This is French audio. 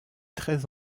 très